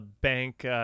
bank